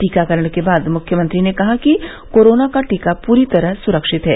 टीकाकरण के बाद मुख्यमंत्री ने कहा कि कोरोना का टीका पूरी तरह सुरक्षित है